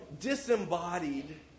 disembodied